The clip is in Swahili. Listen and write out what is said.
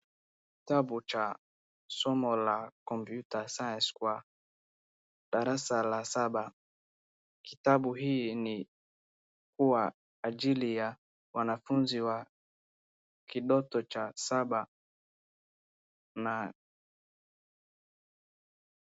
Kitabu cha somo la computer science kwa darasa la saba kitabu hii ni kwa ajili ya wanafunzi wa kidato cha saba na